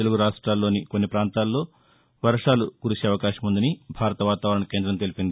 తెలుగు రాష్టాల్లోని కొన్ని పాంతాల్లో వర్షాలు కురిసే అవకాశం ఉందని భారత వాతావరణ కేందం తెలిపింది